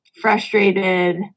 frustrated